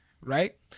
Right